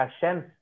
Hashem